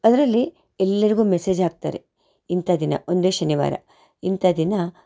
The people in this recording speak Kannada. ಅದರಲ್ಲಿ ಎಲ್ಲರಿಗೂ ಮೆಸೇಜ್ ಹಾಕ್ತಾರೆ ಇಂಥ ದಿನ ಒಂದೇ ಶನಿವಾರ ಇಂಥ ದಿನ